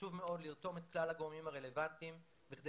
חשוב מאוד לרתום את כלל הגורמים הרלוונטיים כדי